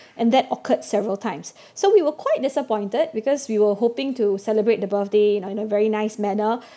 and that occurred several times so we were quite disappointed because we were hoping to celebrate the birthday you know in a very nice manner